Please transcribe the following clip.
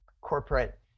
corporate